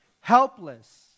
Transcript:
helpless